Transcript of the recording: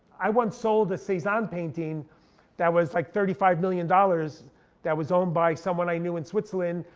i once sold the cezanne painting that was like thirty five million dollars that was owned by someone i knew in switzerland,